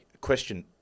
Question